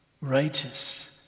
righteous